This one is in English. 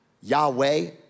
Yahweh